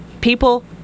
people